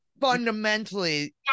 fundamentally